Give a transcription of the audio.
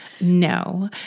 No